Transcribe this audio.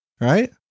right